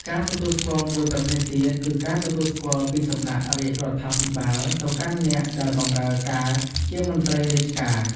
ការទទួលស្គាល់មួយប្រភេទទៀតគឺ ការទទួលស្គាល់ពីសំណាក់រាជរដ្ឋាភិបាលទៅកាន់អ្នកដែលបម្រើការជាមន្ត្រីរាជការ។